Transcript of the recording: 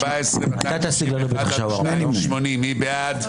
רוויזיה מס' 8, על הסתייגויות 160-141, מי בעד?